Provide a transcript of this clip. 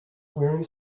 wearing